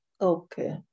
Okay